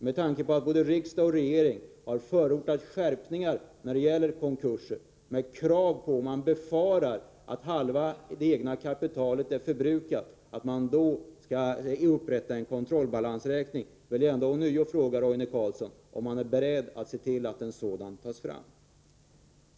Med tanke på att både riksdag och regering när det gäller konkurser har förordat skärpningar med krav på att man, när det befaras att halva det egna kapitalet är förbrukat, upprättar en kontrollbalansräkning, vill jag på nytt fråga Roine Carlsson, om han är beredd att se till att en sådan balansräkning tas fram.